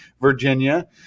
Virginia